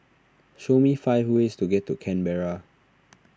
show me five ways to get to Canberra